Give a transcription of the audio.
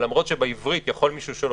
אבל למרות שבעברית יכול מישהו להגיד,